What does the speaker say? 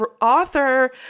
author